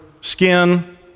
skin